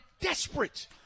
desperate